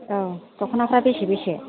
औ दख'नाफ्रा बेसे बेसे